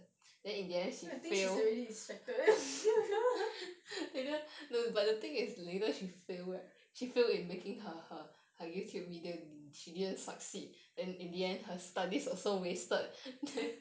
no I think she's also distracted